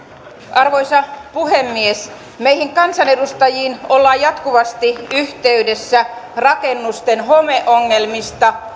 arvoisa puhemies meihin kansanedustajiin ollaan jatkuvasti yhteydessä rakennusten homeongelmista